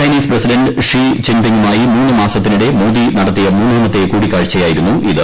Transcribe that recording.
Chinese president Xi ജിങ്പിങ്ങുമായി മൂന്നു മാസത്തിനിടെ മോദി നടത്തിയ മൂന്നാമത്തെ കൂടിക്കാഴ്ചയായിരുന്നു ഇത്